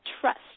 trust